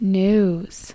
news